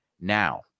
Now